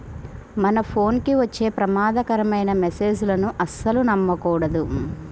మన ఫోన్ కి వచ్చే ప్రమాదకరమైన మెస్సేజులను అస్సలు నమ్మకూడదు